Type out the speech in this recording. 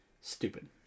stupid